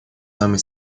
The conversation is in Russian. самые